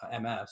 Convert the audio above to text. MS